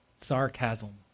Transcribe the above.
Sarcasm